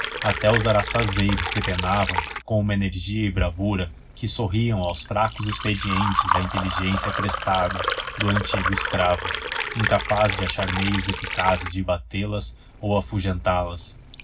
até os araçazeiros depenavam com uma energia e bravura que sorriam aos fracos expedientes da inteligência crestada do antigo escravo incapaz de achar meios eficazes de batê las ou afungentá las